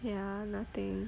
ya nothing